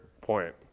point